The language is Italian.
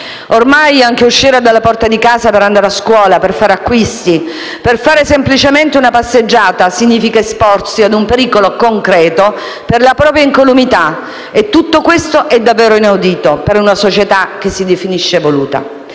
Ormai anche uscire dalla porta di casa per andare a scuola, per fare acquisti, per fare semplicemente una passeggiata significa esporsi a un pericolo concreto per la propria incolumità. Tutto questo è davvero inaudito per una società che si definisce evoluta.